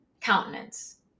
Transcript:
countenance